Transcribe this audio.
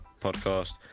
podcast